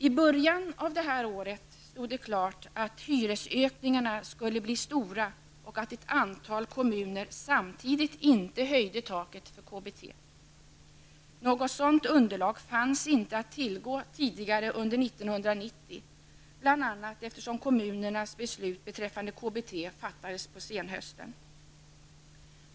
I början av detta år stod det klart att hyresökningarna skulle bli stora och att ett antal kommuner samtidigt inte höjde taket för KBT. Något sådant underlag fanns inte att tillgå tidigare under 1990, bl.a. eftersom kommunernas beslut beträffande KBT fattades på senhösten.